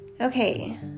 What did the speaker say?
Okay